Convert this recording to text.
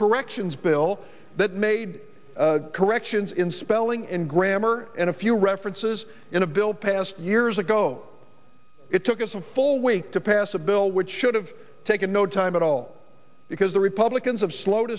corrections bill that made corrections in spelling and grammar and a few references in a bill passed years ago it took us a full week to pass a bill which should have taken no time at all because the republicans have slowed